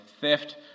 theft